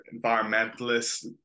environmentalists